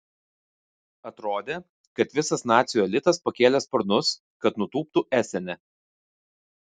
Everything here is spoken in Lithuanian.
atrodė kad visas nacių elitas pakėlė sparnus kad nutūptų esene